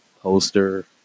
poster